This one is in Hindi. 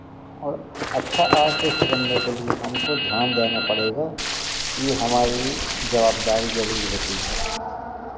और अच्छा आर्टिस्ट बनने के लिए हमको ध्यान देना पड़ेगा ई हमारी जवाबदारी ज़रूर होती है